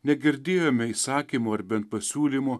negirdėjome įsakymų ar bent pasiūlymų